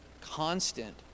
constant